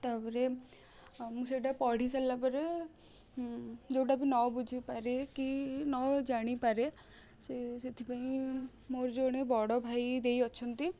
ତାପରେ ମୁଁ ସେଇଟା ପଢ଼ି ସାରିଲା ପରେ ଯେଉଁଟା ବି ନ ବୁଝି ପାରେ କି ନ ଜାଣିପାରେ ସେ ସେଥିପାଇଁ ମୋର ଜଣେ ବଡ଼ ଭାଇ ଦେଈ ଅଛନ୍ତି